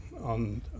on